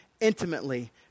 intimately